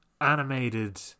animated